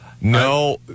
No